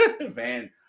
Van